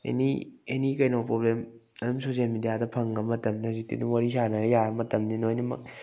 ꯑꯦꯅꯤ ꯑꯦꯅꯤ ꯀꯩꯅꯣ ꯄ꯭ꯔꯣꯕ꯭ꯂꯦꯝ ꯑꯗꯨꯝ ꯁꯣꯁꯦꯟ ꯃꯦꯗꯤꯌꯥꯗ ꯐꯪꯉꯕ ꯃꯇꯝꯅꯤꯅ ꯍꯧꯖꯤꯛꯇꯤ ꯑꯗꯨꯝ ꯋꯥꯔꯤ ꯁꯥꯅꯔꯦ ꯌꯥꯔꯕ ꯃꯇꯝꯅꯤꯅ ꯂꯣꯏꯅꯃꯛ